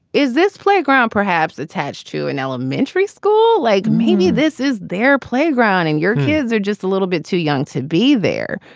is this playground perhaps attached to an elementary school like maybe this is their playground and your kids are just a little bit too young to be there?